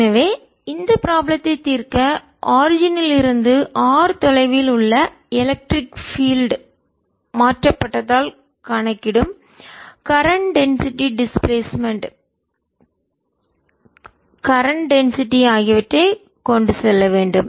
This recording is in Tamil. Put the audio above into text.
எனவே இந்த ப்ராப்ளத்தை தீர்க்க ஆரிஜின் இருந்து தோற்றத்திலிருந்து r தொலைவில் உள்ள எலக்ட்ரிக் பீல்ட் மின்சார புலம்மாற்றப்பட்டதால்கணக்கிடும்கரண்ட் மின்னோட்டம்டென்சிட்டி அடர்த்திடிஸ்பிளேஸ்மென்ட்இடப்பெயர்ச்சிகரண்ட்மின்னோட்டம்டென்சிட்டி அடர்த்தி ஆகியவற்றை கொண்டு செல்ல வேண்டும்